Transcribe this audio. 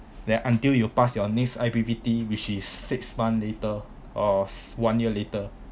then until you pass your next I_P_P_T which is six months later or one year later